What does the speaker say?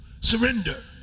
surrender